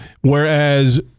Whereas